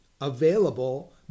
available